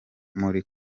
muri